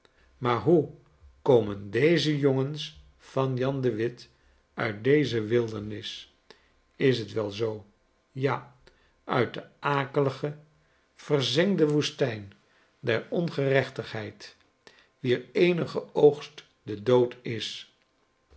maar hoe komen deze jongens van jan de wit ui t deze wildernis is dat wel zoo ja uit de akelige verzengde woestijn der ongerechtigheid wier eenige oogst de dood is